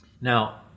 Now